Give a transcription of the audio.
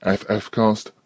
ffcast